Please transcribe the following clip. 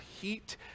heat